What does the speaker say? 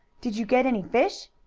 did you get any fish?